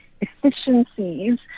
efficiencies